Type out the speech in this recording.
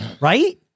right